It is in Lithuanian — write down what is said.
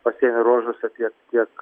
pasienio ruožuose tiek tiek